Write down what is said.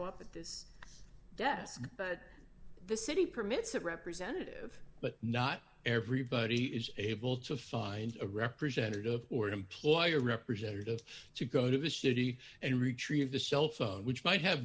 up at this desk but the city permits a representative but not everybody is able to find a representative or an employer representative to go to the city and retrieve the cell phone which might have